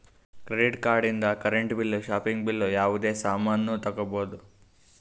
credit card ಇಂದ್ current bill shopping bill ಯಾವುದೇ ಸಾಮಾನ್ನೂ ತಗೋಬೋದು